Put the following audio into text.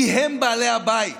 כי הם בעלי הבית.